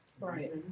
Right